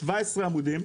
17 עמודים,